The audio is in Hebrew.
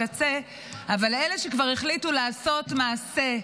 לאלה שכבר החליטו לעשות מעשה,